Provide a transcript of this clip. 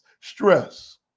stress